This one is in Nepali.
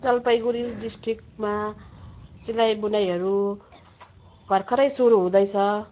जलपाइगुडी डिस्ट्रिक्टमा सिलाइ बुनाइहरू भर्खरै सुरु हुँदैछ